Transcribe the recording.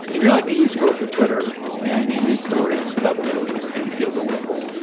if you're like me, you scroll through twitter and you read stories about the middle east and you feel bewildered.